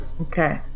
okay